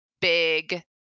big